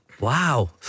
Wow